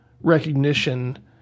recognition